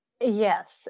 Yes